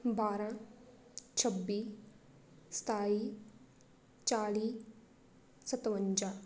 ਬਾਰ੍ਹਾਂ ਛੱਬੀ ਸਤਾਈ ਚਾਲੀ ਸਤਵੰਜਾ